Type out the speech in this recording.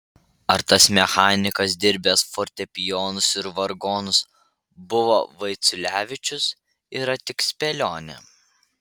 ar tas mechanikas dirbęs fortepijonus ir vargonus buvo vaiciulevičius yra tik spėlionė